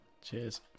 Cheers